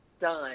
done